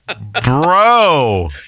bro